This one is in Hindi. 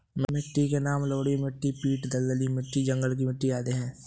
मिट्टी के नाम लवणीय मिट्टी, पीट दलदली मिट्टी, जंगल की मिट्टी आदि है